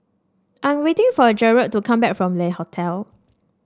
I am waiting for Jered to come back from Le Hotel